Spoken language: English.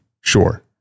sure